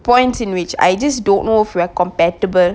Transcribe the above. points in which I just don't know for a compatible